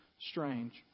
strange